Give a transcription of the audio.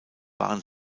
waren